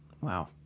Wow